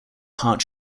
heart